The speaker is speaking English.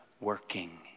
working